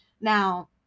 Now